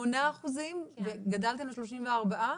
משמונה אחוזים גדלתם ל-34%?